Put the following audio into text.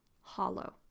hollow